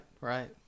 right